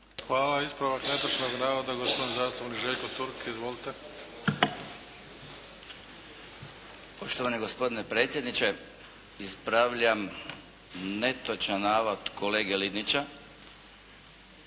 Hvala. Ispravak netočnog navoda, gospodin zastupnik Željko Turk. Izvolite. **Turk, Željko (HDZ)** Poštovani gospodine predsjedniče ispravljam netočan navod kolege Linića,